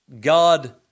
God